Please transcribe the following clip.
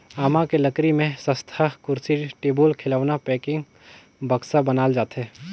आमा के लकरी में सस्तहा कुरसी, टेबुल, खिलउना, पेकिंग, बक्सा बनाल जाथे